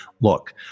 look